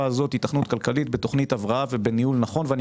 הזאת היתכנות כלכלית בתכנית הבראה ובניהול נכון.